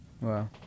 Wow